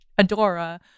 Adora